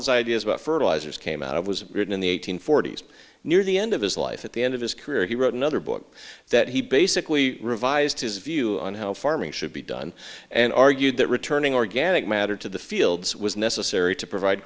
his id about fertilizers came out it was written in the eight hundred forty s near the end of his life at the end of his career he wrote another book that he basically revised his view on how farming should be done and argued that returning organic matter to the fields was necessary to provide